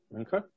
Okay